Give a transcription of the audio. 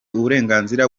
uburenganzira